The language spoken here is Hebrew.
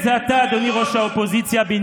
הבן